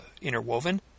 interwoven